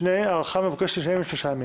בשניהם ההארכה המבוקשת היא של שלושה ימים.